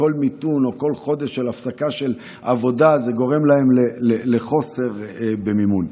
כל מיתון או כל חודש של הפסקת עבודה גורם להם לחוסר במימון.